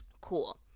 Cool